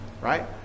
right